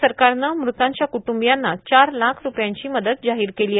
राज्य सरकारनं मृतांच्या कुटूंबियांना चार लाख रूपयांची मदत जाहीर केली आहे